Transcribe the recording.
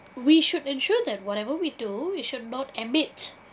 we should ensure that whatever we do we should not emit